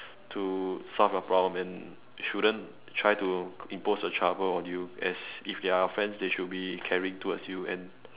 to solve your problem and shouldn't try to impose the trouble on you as if they are friends they should be caring towards you and